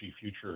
future